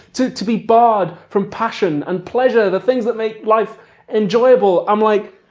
to to be barred from passion and pleasure, the things that make life enjoyable, i'm like,